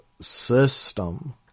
system